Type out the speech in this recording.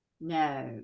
No